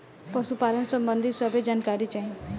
पशुपालन सबंधी सभे जानकारी चाही?